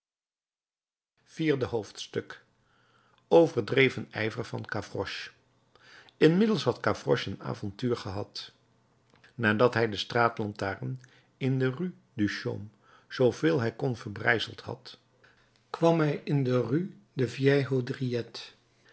vierde hoofdstuk overdreven ijver van gavroche inmiddels had gavroche een avontuur gehad nadat hij de straatlantaarn in de rue du chaume zooveel hij kon verbrijzeld had kwam hij in de rue des